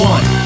One